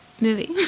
movie